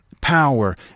power